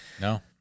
No